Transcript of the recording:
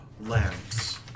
lamps